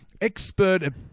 expert –